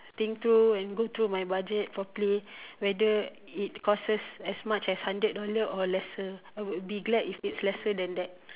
think through and go through my budget properly whether it crosses as much as hundred dollar or lesser I would be glad if its lesser than that